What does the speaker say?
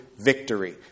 victory